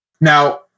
Now